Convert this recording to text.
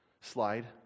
slide